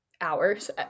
hours